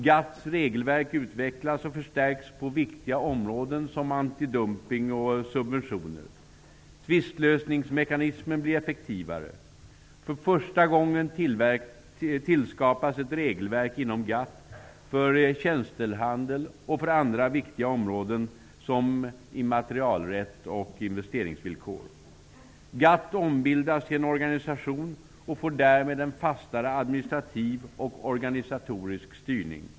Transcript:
GATT:s regelverk utvecklas och förstärks på viktiga områden, som antidumpning och subventioner. Tvistlösningsmekanismen blir effektivare. För första gången tillskapas ett regelverk inom GATT för tjänstehandel och för andra viktiga områden, som immaterialrätt och investeringsvillkor. GATT ombildas till en organisation och får därmed en fastare administration och organisatorisk styrning.